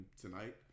tonight